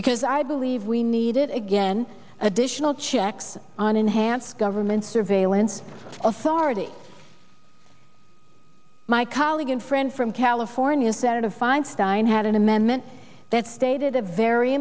because i believe we need it again additional checks on enhanced government surveillance authority my colleague and friend from california senator feinstein had an amendment that stated a very